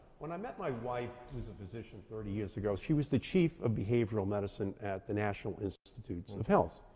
when i met my wife, who's a physician, thirty years ago, she was the chief of behavioral medicine at the national institutes institutes and of health.